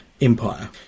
empire